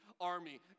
army